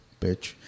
bitch